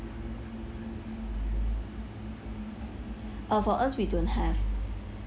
oh for us we don't have